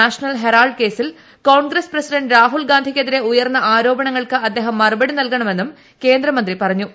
national Herald കേസിൽ Congress president Rahul ഗാന്ധിയ്ക്കെതിരെ ഉയർന്ന ആരോപണങ്ങൾക്ക് അദ്ദേഹം മറുപടി നല്കണമെന്നും കേന്ദ്രമന്ത്രി പറഞ്ഞു